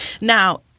Now